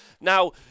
Now